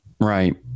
Right